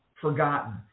forgotten